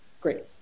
great